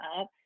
up